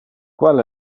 qual